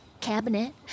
cabinet